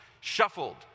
shuffled